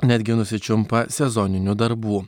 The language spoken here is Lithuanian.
netgi nusičiumpa sezoninių darbų